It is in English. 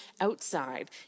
outside